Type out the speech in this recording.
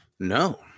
No